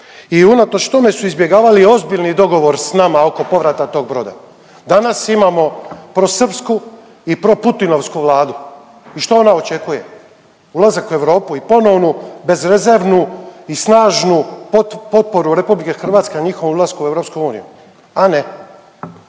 i unatoč tome su izbjegavali ozbiljni dogovor s nama oko povrata tog broda. Danas imamo prosrpsku i proputinovsku vladu i što ona očekuje? Ulazak u Europu i ponovnu bezrezervnu i snažnu potporu RH na njihovom ulasku u EU. A ne,